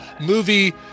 movie